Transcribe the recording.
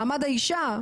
מעמד האישה,